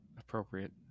appropriate